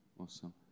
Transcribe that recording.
awesome